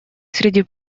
среди